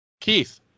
Keith